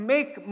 make